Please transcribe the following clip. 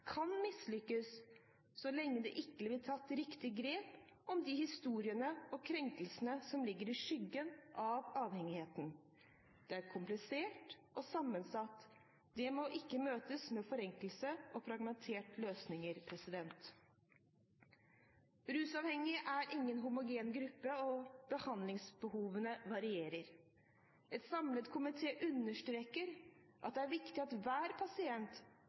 kan mislykkes så lenge det ikke blir tatt riktig grep om de historiene og de krenkelsene som ligger i skyggen av avhengigheten. Det kompliserte og sammensatte kan ikke møtes med forenklede og fragmenterte løsninger. Rusmiddelavhengige er ingen homogen gruppe, og behandlingsbehovene varierer. En samlet komité understreker at det er viktig at hver pasient